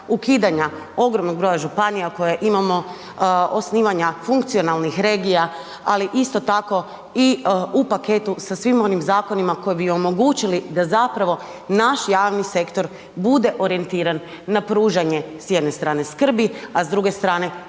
ukidanja ogromnog broja županija koje imamo, osnivanja funkcionalnih regija, ali isto tako i u paketu sa svim onim zakonima koji bi omogućili da naš javni sektor bude orijentiran na pružanje s jedne strane skrbi, a s druge strane